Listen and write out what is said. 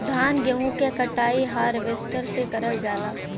धान गेहूं क कटाई हारवेस्टर से करल जाला